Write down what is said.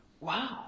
Wow